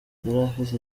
yarafise